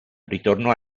ritornò